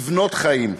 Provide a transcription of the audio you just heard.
לבנות חיים,